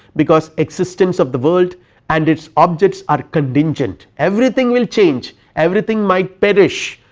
because existence of the world and its objects are contingent everything will change, everything might perish.